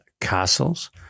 Castles